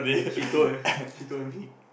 she told she told me